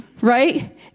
right